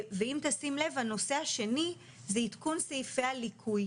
אם תשים לב, הנושא השני זה עדכון סעיפי הליקוי.